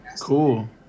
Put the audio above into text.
Cool